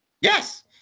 Yes